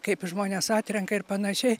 kaip žmonės atrenka ir panašiai